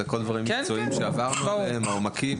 אלה הכל דברים מקצועיים שעברנו עליהם העומקים,